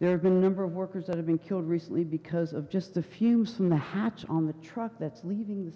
there's been a number of workers that have been killed recently because of just the fumes from the hatch on the truck that's leaving the